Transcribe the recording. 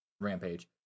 rampage